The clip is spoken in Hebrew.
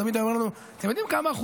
הוא תמיד היה אומר לנו: אתם יודעים כמה היו